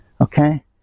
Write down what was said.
Okay